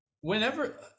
Whenever